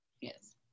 Yes